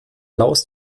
blaues